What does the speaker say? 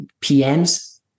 PMs